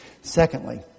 Secondly